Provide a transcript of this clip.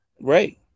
right